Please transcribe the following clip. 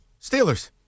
Steelers